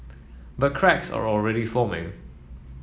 but cracks are already forming